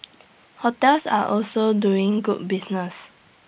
hotels are also doing good business